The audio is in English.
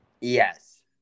Yes